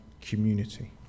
community